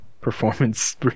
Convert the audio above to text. performance